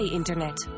internet